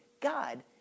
God